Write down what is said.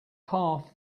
half